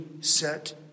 set